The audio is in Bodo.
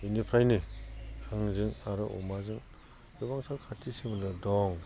बिनिफ्रायनो आंजों आरो अमाजों गोबांथार खाथि सोमोन्दो दं